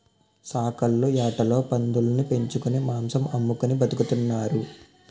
సాకల్లు యాటోలు పందులుని పెంచుకొని మాంసం అమ్ముకొని బతుకుతున్నారు